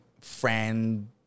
friend